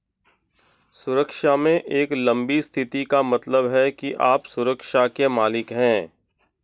सुरक्षा में एक लंबी स्थिति का मतलब है कि आप सुरक्षा के मालिक हैं